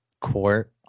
court